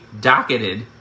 docketed